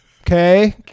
okay